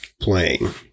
playing